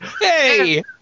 Hey